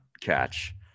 catch